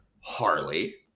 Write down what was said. Harley